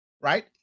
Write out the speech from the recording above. right